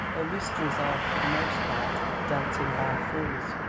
though mysteries are for the most part dealt in by fools.